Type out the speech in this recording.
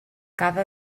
cada